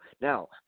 Now